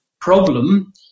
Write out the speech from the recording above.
problem